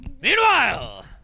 Meanwhile